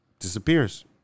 Disappears